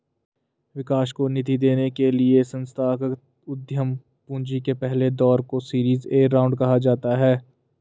विकास को निधि देने के लिए संस्थागत उद्यम पूंजी के पहले दौर को सीरीज ए राउंड कहा जाता है